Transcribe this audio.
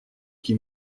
qui